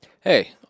Hey